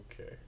okay